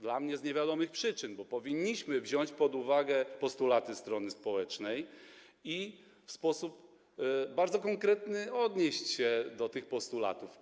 Dla mnie jest tak z niewiadomych przyczyn, bo powinniśmy wziąć pod uwagę postulaty strony społecznej i w sposób bardzo konkretny odnieść się do tych postulatów.